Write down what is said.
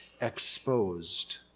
exposed